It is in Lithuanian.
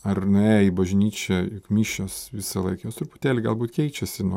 ar nuėję į bažnyčią juk mišios visąlaik jos truputėlį galbūt keičiasi nu